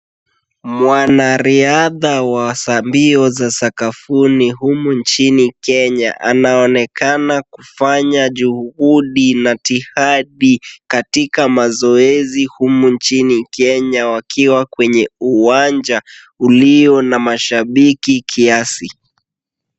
Mwanariadha wa mbio za sakafuni humu nchini Kenya anaonekana kufanya juhudi na tihadi katika mazoezi humu nchini Kenya wakiwa kwenye uwanja ulio na mashabiki kiasi.